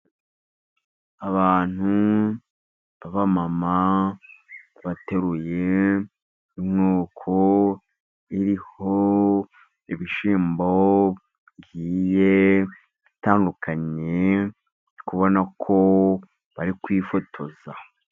Abantu b'abamama bateruye inkoko iriho ibishyimbo bigiye bitandukanye, uri kubona ko bari kwifotoza.